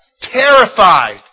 terrified